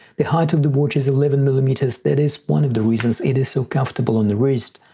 the height of the watch is eleven millimeters that is one of the reasons it is so comfortable on the wrist.